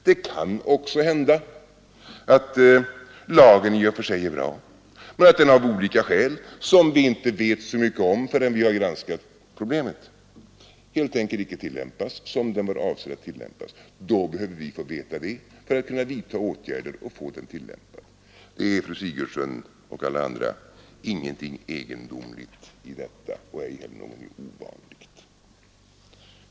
Det kan också hända att lagen i och för sig är bra, men av olika skäl — som vi inte vet så mycket om förrän vi har granskat problemen — helt enkelt inte tillämpas som den var avsedd att tillämpas. Då behöver vi få veta det för att kunna vidta åtgärder och få den tillämpad på avsett sätt. Det är, fru Sigurdsen och alla andra, ingenting egendomligt i detta och ej heller någonting ovanligt.